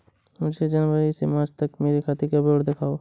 मुझे जनवरी से मार्च तक मेरे खाते का विवरण दिखाओ?